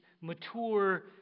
mature